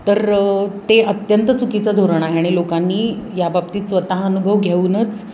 तर ते अत्यंत चुकीचं धोरण आहे आणि लोकांनी याबाबतीत स्वतः अनुभव घेऊनच